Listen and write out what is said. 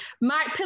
Mike